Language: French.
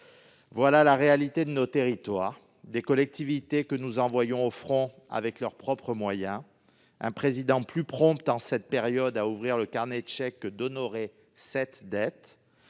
est la réalité de nos territoires : des collectivités que nous envoyons au front avec leurs propres moyens, un président plus prompt, en cette période, à ouvrir le carnet de chèques qu'à honorer cette dette,